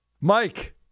Mike